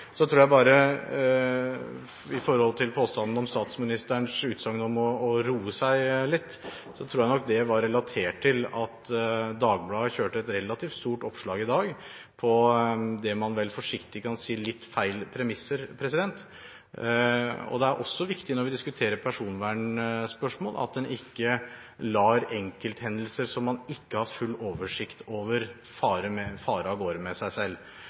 påstanden om statsministerens utsagn om å roe seg litt, tror jeg nok det var relatert til at Dagbladet kjørte et relativt stort oppslag i dag på det man vel forsiktig kan kalle litt feil premisser. Det er også viktig når vi diskuterer personvernspørsmål, at man ikke lar enkelthendelser, som man ikke har full oversikt over, fare av gårde med seg.